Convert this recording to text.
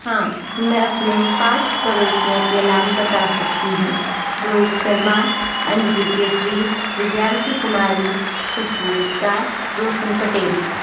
हाँ मैं अपने पाँच पड़ोसियों के नाम बता सकती हूँ रोहित शर्मा अंजली केसरी दिव्यांशी कुमारी खुशबू गुप्ता रौशनी पटेल